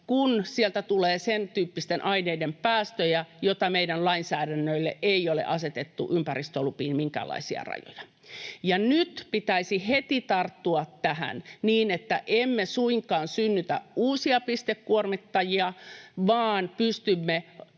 kun sieltä tulee sentyyppisten aineiden päästöjä, joihin meidän lainsäädännössä ei ole asetettu ympäristölupiin minkäänlaisia rajoja. Nyt pitäisi heti tarttua tähän, niin että emme suinkaan synnytä uusia pistekuormittajia vaan pystymme